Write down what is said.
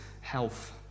health